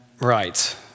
Right